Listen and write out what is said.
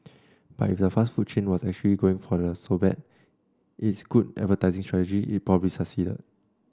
but if the fast food chain was actually going for the so bad it's good advertising strategy it probably succeeded